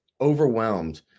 overwhelmed